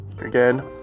again